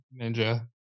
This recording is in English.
Ninja